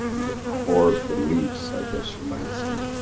the core beliefs i guess you might say.